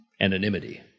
anonymity